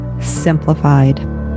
Simplified